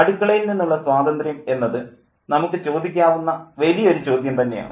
അടുക്കളയിൽ നിന്നുള്ള സ്വാതന്ത്ര്യം എന്നത് നമുക്ക് ചോദിക്കാവുന്ന വലിയ ഒരു ചോദ്യം തന്നെയാണ്